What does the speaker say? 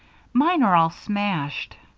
mine are all smashed.